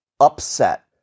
upset